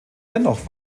dennoch